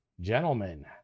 gentlemen